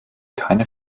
keine